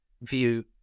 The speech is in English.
view